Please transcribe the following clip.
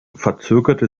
verzögerte